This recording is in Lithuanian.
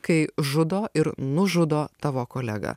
kai žudo ir nužudo tavo kolegą